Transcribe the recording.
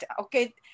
Okay